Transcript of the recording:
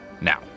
now